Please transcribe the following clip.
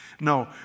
No